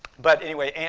but, anyway,